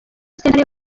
sentare